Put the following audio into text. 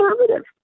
conservative